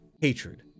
hatred